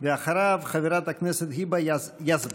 אחריו, חברת הכנסת היבה יזבק.